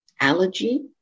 allergy